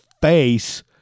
face